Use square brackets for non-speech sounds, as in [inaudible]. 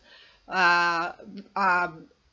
[breath] uh uh